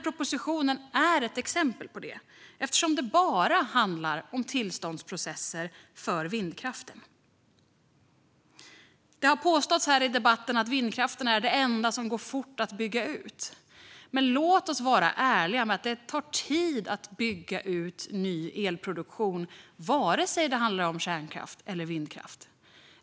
Propositionen är ett exempel på det eftersom den bara handlar om tillståndsprocesser för vindkraften. Det har påståtts här i debatten att vindkraften är det enda som går fort att bygga ut. Men låt oss vara ärliga med att det tar tid att bygga ut ny elproduktion oavsett om det handlar om kärnkraft eller vindkraft.